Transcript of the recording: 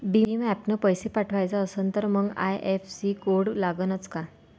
भीम ॲपनं पैसे पाठवायचा असन तर मंग आय.एफ.एस.सी कोड लागनच काय?